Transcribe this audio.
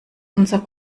unser